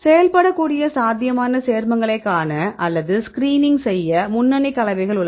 செயல்படக்கூடிய சாத்தியமான சேர்மங்களைக் காண அல்லது ஸ்கிரீன் செய்ய முன்னணி கலவைகள் உள்ளன